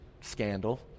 Scandal